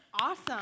awesome